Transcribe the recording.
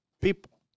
people